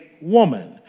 woman